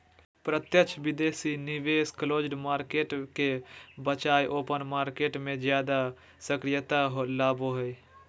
प्रत्यक्ष विदेशी निवेश क्लोज्ड मार्केट के बजाय ओपन मार्केट मे ज्यादा सक्रियता लाबो हय